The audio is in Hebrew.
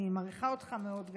אני מעריכה אותך מאוד.